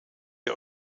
der